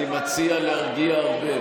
אני מציע להרגיע הרבה,